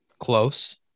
close